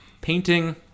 painting